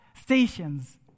stations